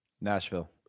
Nashville